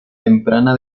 temprana